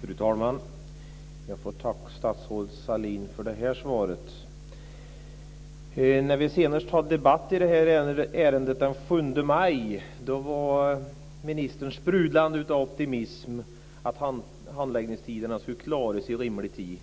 Fru talman! Jag får tacka statsrådet Sahlin för detta svar. När vi senast hade debatt i detta ärende den 7 maj 1999 var ministern sprudlande av optimism om att handläggningstiderna skulle klaras i rimlig tid